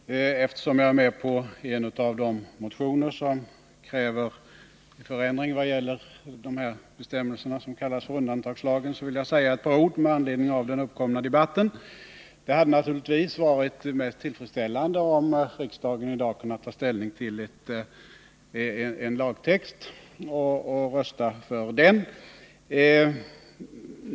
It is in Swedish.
Herr talman! Eftersom jag är med på en av de motioner som kräver förändringar vad gäller de bestämmelser som kallas undantagslagen, vill jag säga ett par ord med anledning av den uppkomna debatten. Det hade naturligtvis varit mest tillfredsställande om riksdagen i dag kunnat ta ställning till en lagtext och rösta för den.